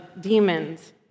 demons